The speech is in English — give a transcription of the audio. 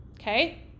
okay